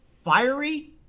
Fiery